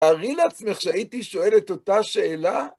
תארי לעצמך שהייתי שואל את אותה שאלה...